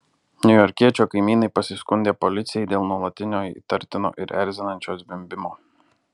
niujorkiečio kaimynai pasiskundė policijai dėl nuolatinio įtartino ir erzinančio zvimbimo